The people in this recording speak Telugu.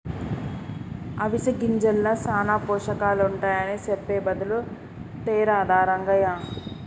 అవిసె గింజల్ల సానా పోషకాలుంటాయని సెప్పె బదులు తేరాదా రంగయ్య